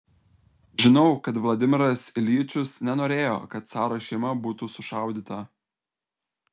žinau kad vladimiras iljičius nenorėjo kad caro šeima būtų sušaudyta